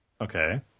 Okay